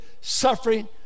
suffering